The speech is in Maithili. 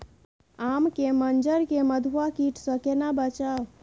आम के मंजर के मधुआ कीट स केना बचाऊ?